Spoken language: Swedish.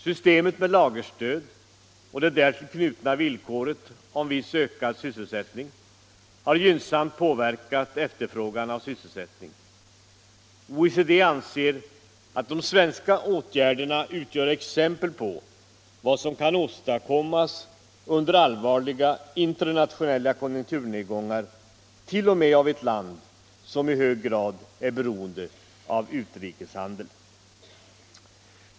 Systemet med lagerstöd och det därtill knutna villkoret om viss ökad sysselsättning har gynnsamt påverkat efterfrågan av sysselsättning. OECD anser att de svenska åtgärderna utgör exempel på vad som kan åstadkommas under allvarliga internationella konjunkturnedgångar, t.o.m. av ett land som i hög grad är beroende av utrikeshandel.